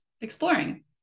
exploring